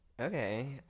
okay